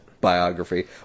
biography